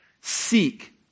seek